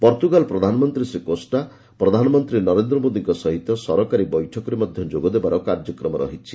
Portugal ପ୍ରଧାନମନ୍ତ୍ରୀ Shri Costa ପ୍ରଧାନମନ୍ତ୍ରୀ ନରେନ୍ଦ୍ର ମୋଦୀଙ୍କ ସହିତ ସରକାରୀ ବୈଠକରେ ମଧ୍ୟ ଯୋଗଦେବାର କାର୍ଯ୍ୟକ୍ରମ ରହିଛି